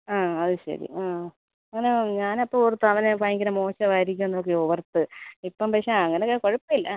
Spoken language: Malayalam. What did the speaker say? ആ അത് ശരി ആ അങ്ങനെ ഞാൻ അപ്പോൾ ഓർത്തു അവന് ഭയങ്കര മോശമായിരിക്കും എന്നൊക്കെ ഓർത്തു ഇപ്പം പക്ഷേ അങ്ങനെയൊക്കെ കുഴപ്പം ഇല്ല